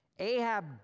Ahab